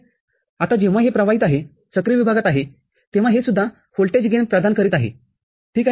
आता जेव्हा हे प्रवाहित आहे सक्रिय विभागात आहे तेव्हा हे सुद्धा व्होल्टेज गेनप्रदान करीत आहे ठीक आहे